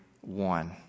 one